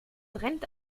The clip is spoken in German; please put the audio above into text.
rennt